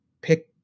pick